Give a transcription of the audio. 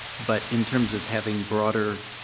but in terms of having broader,